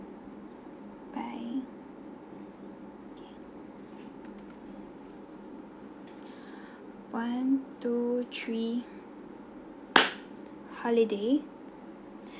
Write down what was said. bye okay one two three holiday